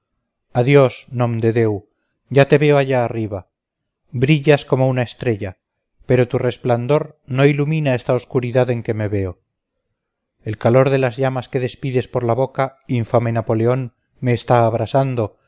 adiós nomdedeu ya te veo allá arriba brillas como una estrella pero tu resplandor no ilumina esta oscuridad en que me veo el calor de las llamas que despides por la boca infame napoleón me está abrasando